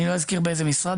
אני לא אזכיר באיזה משרד,